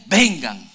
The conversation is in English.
vengan